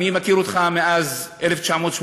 אני מכיר אותך מאז 1989,